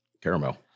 caramel